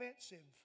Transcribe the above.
offensive